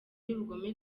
y’ubugome